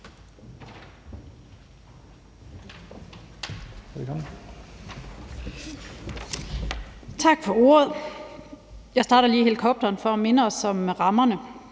Tak for ordet. Jeg sætter mig lige op i helikopteren for at minde os om rammerne.